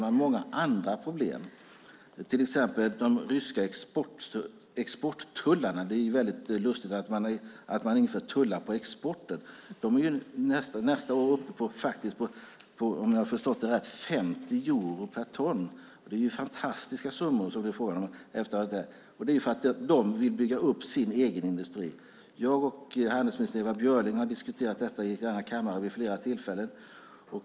Det finns många andra problem som till exempel de ryska exporttullarna. Det är ju lustigt att man inför tullar på exporten. Nästa år ligger de på 50 euro per ton, om jag har förstått rätt. Det är ju fantastiska summor. Det är för att de vill bygga upp sin egen industri. Jag och handelsminister Ewa Björling har diskuterat detta i denna kammare vid flera tillfällen.